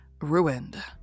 ruined